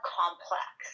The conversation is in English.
complex